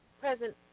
present